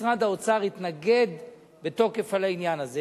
משרד האוצר התנגד בתוקף לעניין הזה.